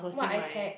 what I pack